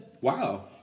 Wow